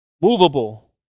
Movable